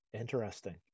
Interesting